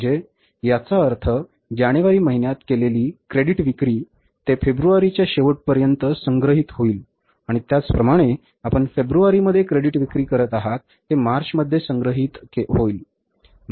म्हणजे याचा अर्थ जानेवारी महिन्यात केलेली क्रेडिट विक्री ते फेब्रुवारीच्या शेवटपर्यंत संग्रहित होतील आणि त्याचप्रमाणे आपण फेब्रुवारीमध्ये क्रेडिट विक्री करीत आहात ते मार्चमध्ये संग्रहणीय होईल